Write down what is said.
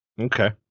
Okay